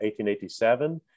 1887